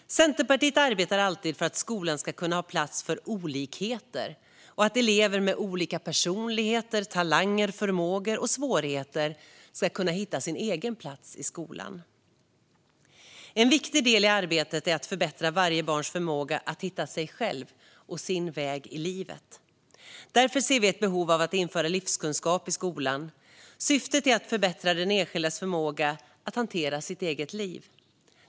Centerpartiet arbetar alltid för att skolan ska kunna ha plats för olikheter och för att elever med olika personligheter, talanger, förmågor och svårigheter ska kunna hitta sin egen plats i skolan. En viktig del i det arbetet är att förbättra varje barns förmåga att hitta sig själv och sin väg i livet. Därför ser vi ett behov av att införa livskunskap som ämne i skolan. Syftet är att förbättra den enskildes förmåga att hantera sitt eget liv.